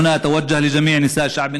ברצוני לברך מפה את כל נשות עמנו